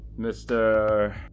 Mr